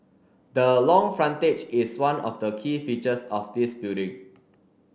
the long frontage is one of the key features of this building